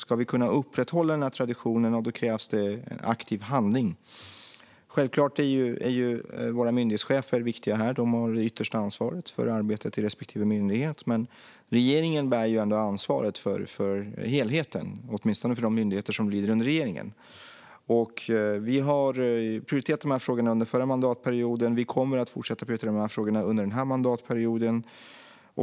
Ska vi kunna upprätthålla denna tradition krävs det aktiv handling. Självklart är våra myndighetschefer viktiga här. De har det yttersta ansvaret för arbetet i respektive myndighet. Men regeringen bär ändå ansvaret för helheten, åtminstone när det gäller de myndigheter som lyder under regeringen. Vi har prioriterat de här frågorna under förra mandatperioden. Vi kommer att fortsätta att prioritera dem under den här mandatperioden.